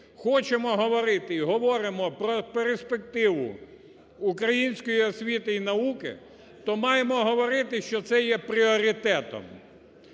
хочемо говорити і говоримо про перспективу української освіти і науки, то маємо говорити, що це є пріоритетом,